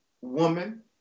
woman